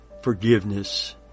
forgiveness